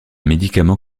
médicament